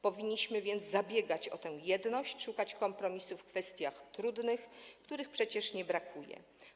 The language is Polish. Powinniśmy więc zabiegać o tę jedność, szukać kompromisów w kwestiach trudnych, których przecież nie brakuje.